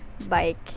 bike